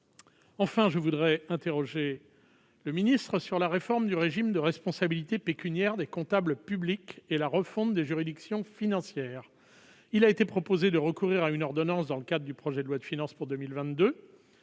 enfin je voudrais interrogé le ministre sur la réforme du régime de responsabilité pécuniaire des comptables publics et la refonte des juridictions financières, il a été proposé de recourir à une ordonnance, dans le cas du projet de loi de finances pour 2022,